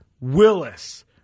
Willis